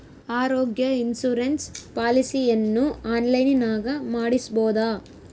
ಆರೋಗ್ಯ ಇನ್ಸುರೆನ್ಸ್ ಪಾಲಿಸಿಯನ್ನು ಆನ್ಲೈನಿನಾಗ ಮಾಡಿಸ್ಬೋದ?